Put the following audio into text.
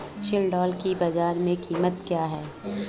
सिल्ड्राल की बाजार में कीमत क्या है?